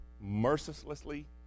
mercilessly